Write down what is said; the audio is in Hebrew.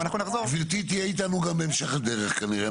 גברתי תהיה איתנו גם בהמשך הדרך כנראה,